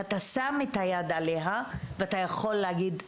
שאתה שם את היד עליה ואתה יכול להגיד,